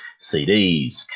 CDs